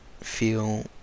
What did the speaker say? feel